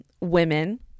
women